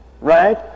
Right